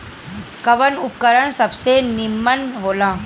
कवन उर्वरक सबसे नीमन होला?